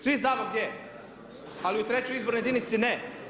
Svi znamo gdje, ali u 3.-oj izbornoj jedinici ne.